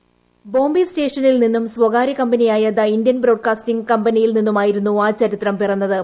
hold വോയിസ് ബോംബേ സ്റ്റേഷനിൽ നിന്നും സ്വകാര്യ കമ്പനിയായ ദ ഇന്ത്യൻ ബ്രോഡ്കാസ്റ്റിംഗ് കമ്പനിയിൽ നിന്നുമായിരുന്നു ആ ചരിത്രം പിറന്നത്